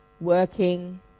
working